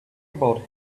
about